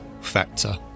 factor